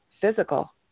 physical